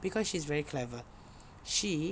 cause she's very clever she